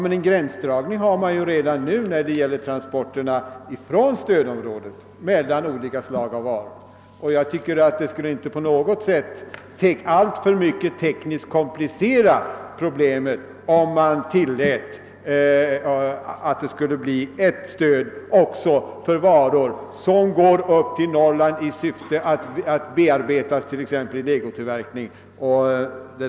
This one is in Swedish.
En gränsdragning mellan olika slag av varor förekommer ju redan nu vid transport från stödområdet, och jag tycker inte att det alltför mycket skulle komplicera problemet tekniskt, om man tillläte ett stöd också för varor som går till Norrland för att exempelvis bearbetas vid legotillverkning.